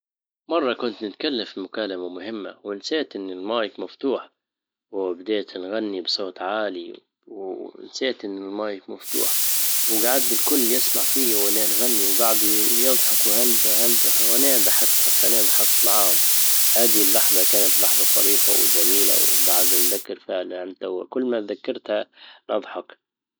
مرة كنت نتكلم في مكالمة مهمة ونسيت ان المايك مفتوح وبديت نغني بصوت عالي و نسيت ان المايك مفتوح وجعدت الكل يسمع فيا وانا نغني وجعدوا يضحكوا هلبه هلبه وانين ضحكت حتى انا ضحكت معاهم هذه اللحظة كانت لحظة طريفة وجميلة وجعدنا نذكر فعلا كل ما تذكرتها نضحك